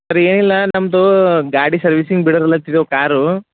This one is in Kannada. ಸರ್ ಏನಿಲ್ಲ ನಮ್ಮದು ಗಾಡಿ ಸರ್ವಿಸಿಂಗ್ ಬಿಡವಲತ್ತಿದೊ ಕಾರು